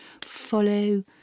follow